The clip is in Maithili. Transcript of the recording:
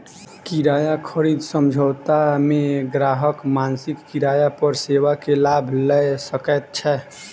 किराया खरीद समझौता मे ग्राहक मासिक किराया पर सेवा के लाभ लय सकैत छै